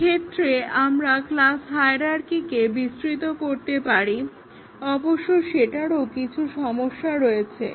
সেক্ষেত্রে আমরা ক্লাস হায়ারার্কিকে বিস্তৃত করতে পারি অবশ্য সেটারও কিছু সমস্যা আছে